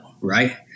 Right